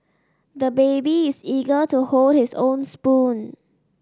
the baby is eager to hold his own spoon